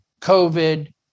COVID